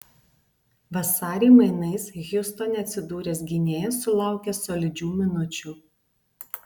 vasarį mainais hjustone atsidūręs gynėjas sulaukė solidžių minučių